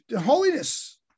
holiness